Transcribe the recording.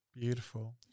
Beautiful